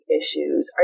issues